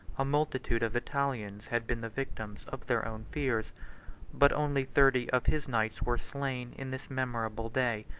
a multitude of italians had been the victims of their own fears but only thirty of his knights were slain in this memorable day.